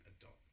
adult